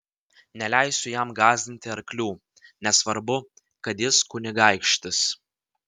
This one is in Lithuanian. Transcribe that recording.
neleisiu jam gąsdinti arklių nesvarbu kad jis kunigaikštis